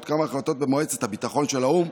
כמה החלטות במועצת הביטחון של האו"ם,